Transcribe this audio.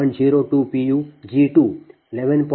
08 p